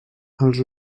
els